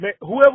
Whoever